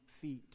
feet